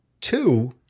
Two